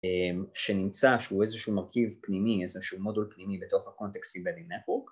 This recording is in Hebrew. שנמצא שהוא איזשהו מרכיב פנימי, איזשהו module פנימי בתוך ה-context embedding network